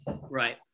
Right